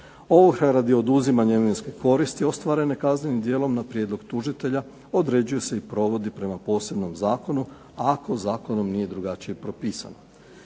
Ovrha radi oduzimanja imovinske koristi ostvarene kaznenim djelom na prijedlog tužitelja određuje se i provodi prema posebnom zakonu ako zakonom nije drugačije propisano.